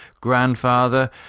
grandfather